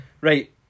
right